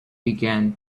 began